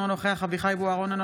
אינו נוכח אביחי אברהם בוארון,